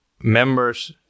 members